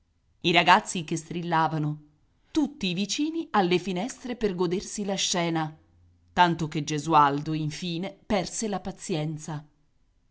i ragazzi che strillavano tutti i vicini alle finestre per godersi la scena tanto che gesualdo infine perse la pazienza